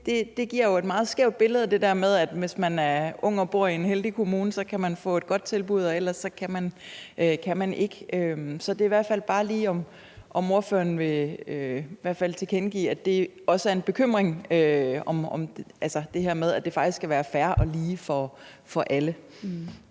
et meget skævt billede af det: Hvis man er ung og bor i en heldig kommune, kan man få et godt tilbud, og ellers kan man ikke. Så jeg vil bare lige spørge, om ordføreren ikke kan tilkendegive, at det her med, at det faktisk skal være fair og lige for alle,